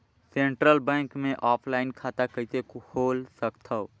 Central bank मे offline खाता कइसे खोल सकथव?